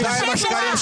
די עם השקרים שלך.